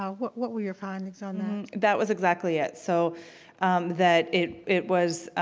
ah what what were your findings on that? that was exactly it, so that it it was.